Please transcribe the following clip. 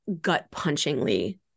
gut-punchingly